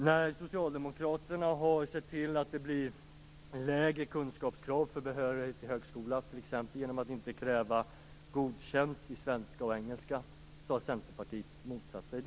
När Socialdemokraterna har sett till att det blivit lägre kunskapskrav för behörighet till grundskolan, t.ex. genom att inte kräva godkänt i svenska och engelska har Centerpartiet motsatt sig det.